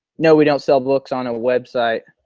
no we don't sell books on a website.